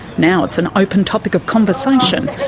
now it's an open topic of conversation,